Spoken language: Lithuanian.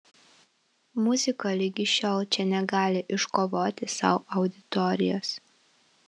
muzika ligi šiol čia negali iškovoti sau auditorijos